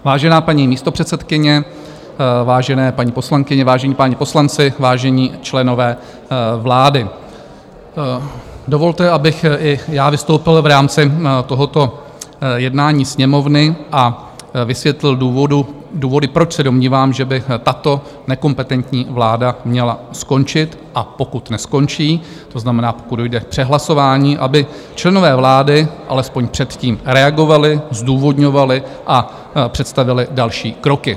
Vážená paní místopředsedkyně, vážené paní poslankyně, vážení páni poslanci, vážení členové vlády, dovolte, abych i já vystoupil v rámci tohoto jednání Sněmovny a vysvětlil důvody, proč se domnívám, že by tato nekompetentní vláda měla skončit, a pokud neskončí, to znamená, pokud dojde k přehlasování, aby členové vlády alespoň předtím reagovali, zdůvodňovali a představili další kroky.